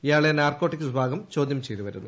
ഇയാളെ നാർക്കോട്ടിക്സ് വിഭാഗം ചോദ്യം ചെയ്തുവരുന്നു